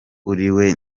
uriwe